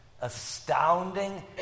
astounding